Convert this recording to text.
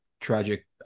tragic